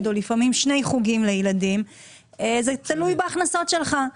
או שני חוגים לילד תלויה בהכנסות שלך.